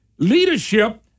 Leadership